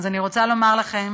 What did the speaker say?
אני רוצה לומר לכם